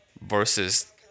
versus